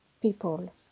people